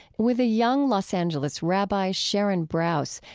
with the young los angeles rabbi sharon brous,